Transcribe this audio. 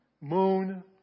Moon